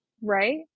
right